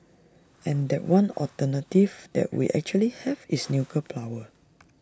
and that one alternative that we actually have is nuclear power